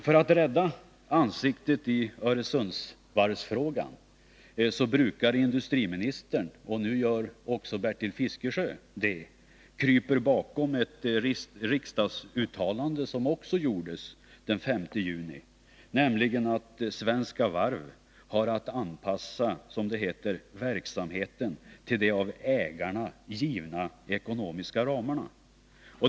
För att rädda ansiktet i Öresundsvarvsfrågan brukar industriministern — och nu gör också Bertil Fiskesjö det — krypa bakom ett riksdagsuttalande som gjordes den 5 juni, nämligen att Svenska Varv har att anpassa, som det heter, verksamheten till de av ägarna givna ekonomiska ramarna.